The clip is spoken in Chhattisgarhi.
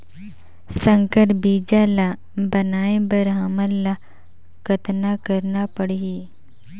संकर बीजा ल बनाय बर हमन ल कतना करना परही?